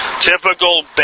typical